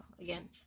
again